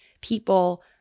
people